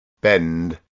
bend